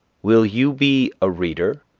will you be a reader,